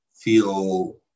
feel